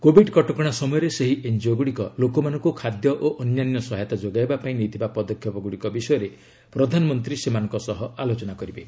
Covid କଟକଶା ସମୟରେ ସେହି ଏନ୍ଜିଓଗ୍ରଡ଼ିକ ଲୋକମାନଙ୍କୁ ଖାଦ୍ୟ ଓ ଅନ୍ୟାନ୍ୟ ସହାୟତା ଯୋଗାଇବା ପାଇଁ ନେଇଥିବା ପଦକ୍ଷେପଗୁଡ଼ିକ ବିଷୟରେ ପ୍ରଧାନମନ୍ତ୍ରୀ ସେମାନଙ୍କ ସହ ଆଲୋଚନା କରିବେ